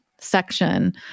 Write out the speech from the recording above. section